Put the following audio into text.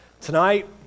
tonight